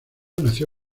nació